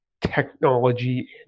technology